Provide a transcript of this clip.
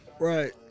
Right